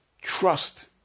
trust